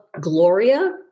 Gloria